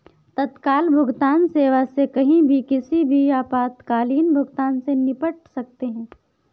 तत्काल भुगतान सेवा से कहीं भी किसी भी आपातकालीन भुगतान से निपट सकते है